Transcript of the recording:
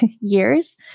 years